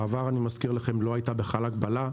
בעבר, אני מזכיר לכם, לא הייתה בכלל הגבלה.